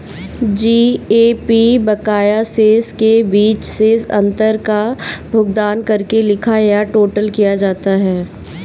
GAP बकाया शेष के बीच शेष अंतर का भुगतान करके लिखा या टोटल किया जाता है